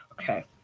okay